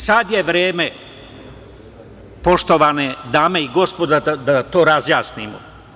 Sada je vreme, poštovane dame i gospodo, da to razjasnimo.